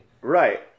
Right